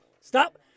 stop